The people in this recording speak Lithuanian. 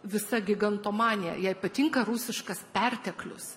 visa gigantomanija jai patinka rusiškas perteklius